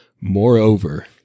moreover